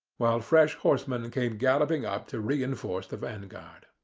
while fresh horsemen came galloping up to reinforce the vanguard.